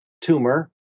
tumor